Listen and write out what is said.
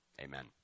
Amen